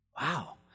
Wow